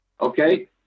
okay